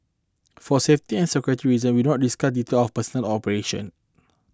for safety and security reason we don't discuss detail of personnel or operation